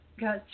got